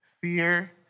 Fear